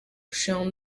chão